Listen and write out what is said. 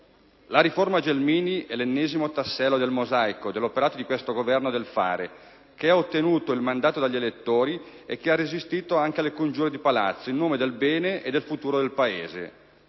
La riforma Gelmini è l'ennesimo tassello del mosaico dell'operato di questo Governo del fare che ha ottenuto il mandato dagli elettori e che ha resistito anche alle congiure di palazzo, in nome del bene e del futuro del Paese.